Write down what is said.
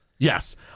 Yes